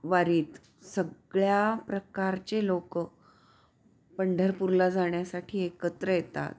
वारीत सगळ्या प्रकारचे लोक पंढरपूरला जाण्यासाठी एकत्र येतात